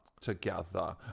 Together